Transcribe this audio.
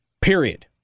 Period